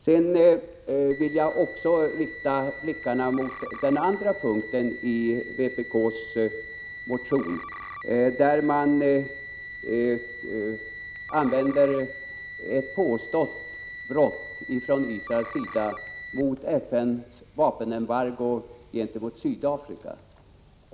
Sedan vill jag också rikta blickarna mot den andra punkten i vpk:s motion, nämligen mot det påstådda brottet från Israels sida mot FN:s vapenembargo gentemot Sydafrika.